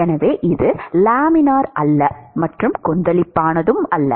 எனவே இது லாமினார் அல்ல மற்றும் கொந்தளிப்பானதும் அல்ல